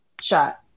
shot